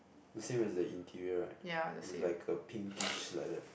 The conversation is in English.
the same as the interior right is like a pinkish like that